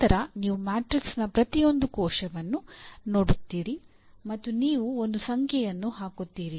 ನಂತರ ನೀವು ಮ್ಯಾಟ್ರಿಕ್ಸ್ನ ಪ್ರತಿಯೊಂದು ಕೋಶವನ್ನು ನೋಡುತ್ತೀರಿ ಮತ್ತು ನೀವು ಒಂದು ಸಂಖ್ಯೆಯನ್ನು ಹಾಕುತ್ತೀರಿ